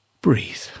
breathe